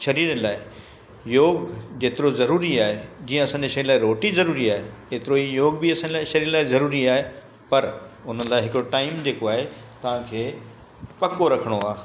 शरीर लाइ योगु जेतिरो ज़रूरी आहे जीअं असांजे शरीर लाइ रोटी ज़रूरी आहे एतिरो ई योगु बि असां लाइ शरीर लाइ ज़रूरी आहे पर उन लाइ हिकिड़ो टाइम जेको आहे तव्हांखे पको रखिणो आहे